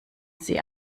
sie